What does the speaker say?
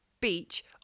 Beach